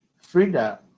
Frida